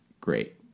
great